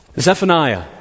Zephaniah